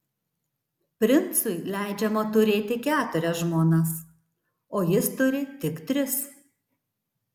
princui leidžiama turėti keturias žmonas o jis turi tik tris